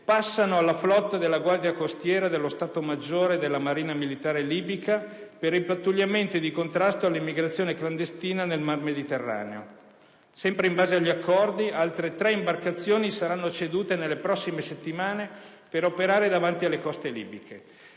passano alla flotta della Guardia costiera dello Stato maggiore della Marina militare libica per i pattugliamenti di contrasto all'immigrazione clandestina nel mar Mediterraneo. Sempre in base agli accordi, altre tre imbarcazioni saranno cedute nelle prossime settimane per operare davanti alle coste libiche.